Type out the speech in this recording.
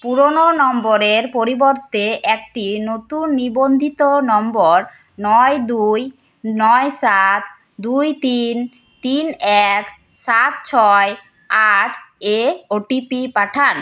পুরনো নম্বরের পরিবর্তে একটি নতুন নিবন্ধিত নম্বর নয় দুই নয় সাত দুই তিন তিন এক সাত ছয় আট এ ওটিপি পাঠান